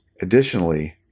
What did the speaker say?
Additionally